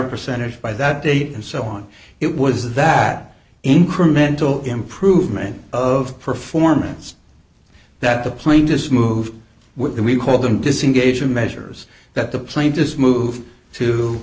percentage by that date and so on it was that incremental improvement of performance that the plane just moved with we call them disengaging measures that the plane just